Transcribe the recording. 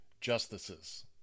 justices